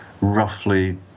roughly